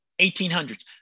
1800s